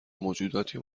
موجوداتی